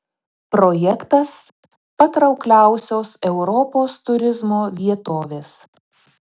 projektas patraukliausios europos turizmo vietovės